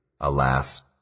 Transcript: Alas